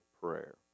prayer